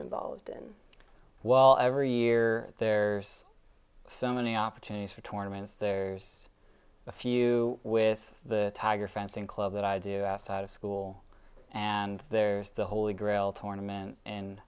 involved in well every year there's so many opportunities for tournament there's a few with the tiger fencing club that i do ask out of school and there's the holy grail torn men and